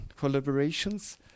collaborations